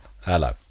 Hello